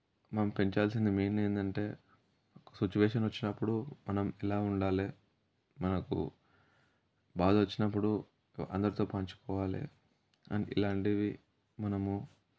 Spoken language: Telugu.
మనం పెంచాల్సింది మెయిన్ ఏంటంటే సిచువేషన్ వచ్చినప్పుడు మనం ఎలా ఉండాలి మనకు బాధ వచ్చినప్పుడు అందరితో పంచుకోవాలి అని ఇలాంటివి మనము